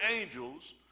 angels